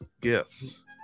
gifts